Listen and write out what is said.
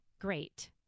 great